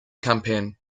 campaign